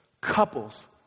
Couples